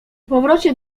powrocie